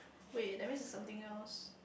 wait that mean is something else